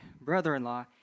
brother-in-law